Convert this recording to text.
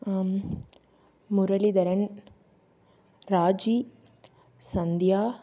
Muralidharan Raji Sandhya